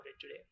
today